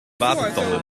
watertanden